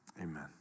amen